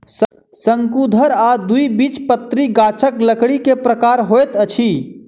शंकुधर आ द्विबीजपत्री गाछक लकड़ी के प्रकार होइत अछि